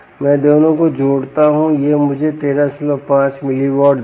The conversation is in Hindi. मैं दोनों को जोड़ता हूं यह मुझे 135 mW देगा